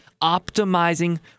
optimizing